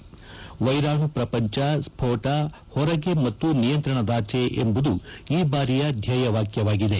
ವೈರಾಣು ಪ್ರಪಂಚ ಸ್ಫೋಟ ಹೊರಗೆ ಮತ್ತು ನಿಯಂತ್ರಣದಾಚೆ ಎಂಬುದು ಈ ಬಾರಿಯ ಧ್ಲೇಯ ವಾಕ್ಲವಾಗಿದೆ